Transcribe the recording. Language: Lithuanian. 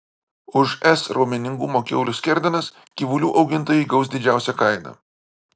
už s raumeningumo kiaulių skerdenas gyvulių augintojai gaus didžiausią kainą